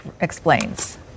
explains